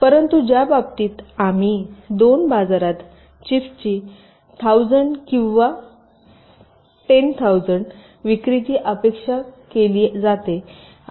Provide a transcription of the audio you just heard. परंतु ज्या बाबतीत आम्ही दोन बाजारात चिप्सची 1000 किंवा 10000 विक्रीची अपेक्षा केली होती